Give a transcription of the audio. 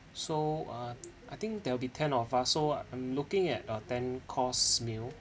so uh I think there will be ten of us so I'm looking at a ten course meal